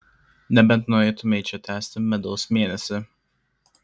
nebent norėtumei čia tęsti medaus mėnesį